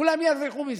כולם ירוויחו מזה: